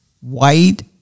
white